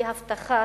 בהבטחה